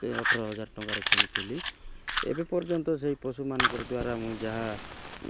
ଅଠର ହଜାର ଟଙ୍କାରେ କିଣିଥିଲି ଏବେ ପର୍ଯ୍ୟନ୍ତ ସେଇ ପଶୁମାନଙ୍କର ଦ୍ୱାରା ମୁଇଁ ଯାହା